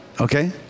okay